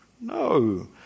no